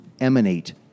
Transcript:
emanate